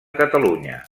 catalunya